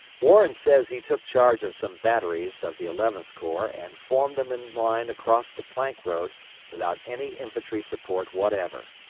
warren says he took charge of some batteries of the eleventh corps and formed them in line across the plank road without any infantry support whatever.